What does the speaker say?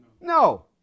No